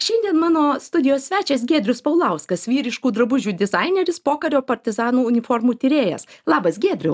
šiandien mano studijos svečias giedrius paulauskas vyriškų drabužių dizaineris pokario partizanų uniformų tyrėjas labas giedriau